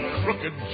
crooked